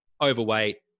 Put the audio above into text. overweight